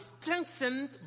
strengthened